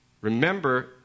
Remember